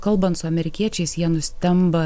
kalbant su amerikiečiais jie nustemba